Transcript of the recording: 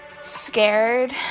scared